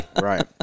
Right